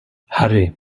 harry